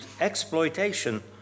exploitation